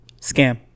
Scam